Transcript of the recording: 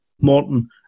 Morton